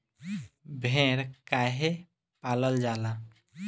भेड़ काहे पालल जाला?